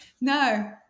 no